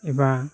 एबा